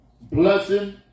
blessing